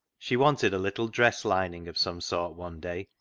she wanted a little dress lining of some sort one day,